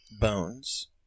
bones